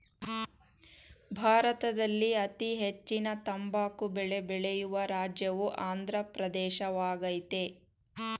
ಭಾರತದಲ್ಲಿ ಅತೀ ಹೆಚ್ಚಿನ ತಂಬಾಕು ಬೆಳೆ ಬೆಳೆಯುವ ರಾಜ್ಯವು ಆಂದ್ರ ಪ್ರದೇಶವಾಗಯ್ತೆ